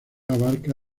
abarca